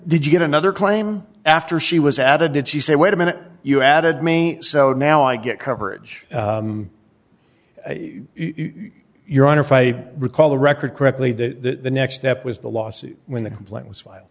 did you get another claim after she was added did she say wait a minute you added me so now i get coverage your honor if i recall the record correctly the next step was the lawsuit when the complaint was fil